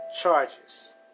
charges